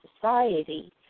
society